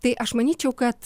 tai aš manyčiau kad